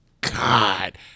God